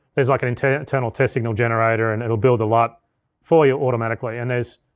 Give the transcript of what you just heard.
there's like an internal internal test signal generator and it'll build the lot for you automatically, and there's,